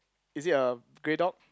is it a grey dog